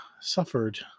suffered